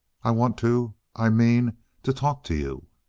i want to i mean to talk to you.